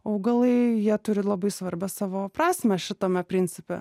augalai jie turi labai svarbą savo prasmę šitame principe